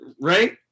Right